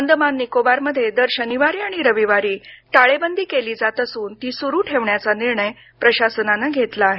अंदमान निकोबार मध्ये दर शनिवारी आणि रविवारी टाळेबंदी केली जात असून ती सुरू ठेवण्याचा निर्णय प्रशासनानं घेतला आहे